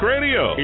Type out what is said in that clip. Radio